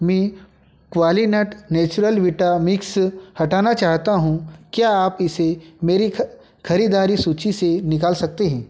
मैं Qualinut natural vita mix हटाना चाहता हूँ क्या आप इसे मेरी ख खरीदारी सूचि से निकाल सकते हैं